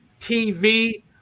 tv